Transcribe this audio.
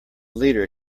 leader